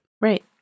Right